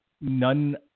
none